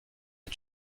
est